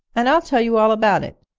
and i'll tell you all about it.